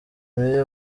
meya